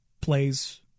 plays